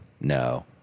no